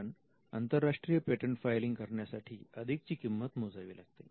कारण आंतरराष्ट्रीय patent filing करण्यासाठी अधिक ची किंमत मोजावी लागते